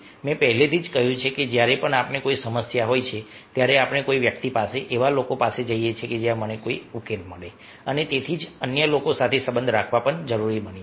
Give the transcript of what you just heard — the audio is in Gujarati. મેં પહેલેથી જ કહ્યું છે કે જ્યારે પણ આપણને કોઈ સમસ્યા હોય છે ત્યારે આપણે કોઈ વ્યક્તિ પાસે એવા લોકો પાસે જઈએ છીએ જ્યાં મને કોઈક ઉકેલ મળે અને તેથી જ અન્ય લોકો સાથે સંબંધ રાખવા પણ જરૂરી બની જાય છે